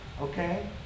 okay